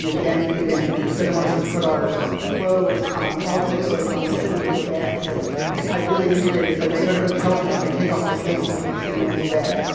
you know jen even doesn't want us to put our clothes on outside clothes on sitting on the bed. so i've really integrated this. like, i go to hotels now, and i take off my pants before sitting on the bed